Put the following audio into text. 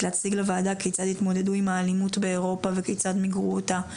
להציג לנו כיצד התמודדו עם האלימות באירופה וכיצד מיגרו אותה.